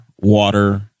water